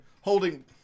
holding